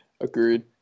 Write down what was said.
Agreed